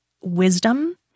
wisdom